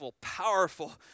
powerful